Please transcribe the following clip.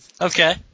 Okay